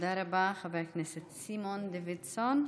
תודה רבה, חבר הכנסת סימון דוידסון.